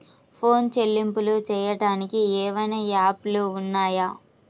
Phone చెల్లింపులు చెయ్యటానికి ఏవైనా యాప్లు ఉన్నాయా?